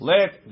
Let